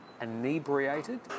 inebriated